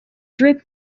drip